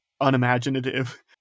unimaginative